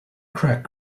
crack